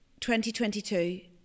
2022